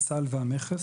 עם צה"ל והמכס.